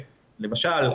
למשל,